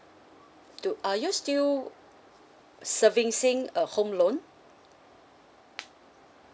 to are you still servicing a home loan